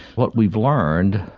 what we've learned,